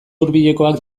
hurbilekoak